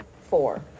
four